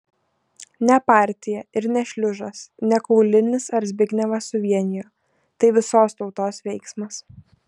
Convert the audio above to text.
ne partija ir ne šliužas ne kaulinis ar zbignevas suvienijo tai visos tautos veiksmas